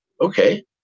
Okay